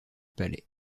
palais